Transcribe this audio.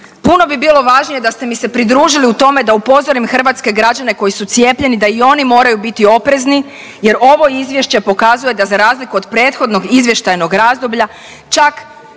Puno bi bilo važnije da ste mi se pridružili u tome da upozorim hrvatske građane koji su cijepljeni da i oni moraju biti oprezni jer ovo izvješće pokazuje da za razliku od prethodnog izvještajnog razdoblja čak